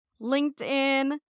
LinkedIn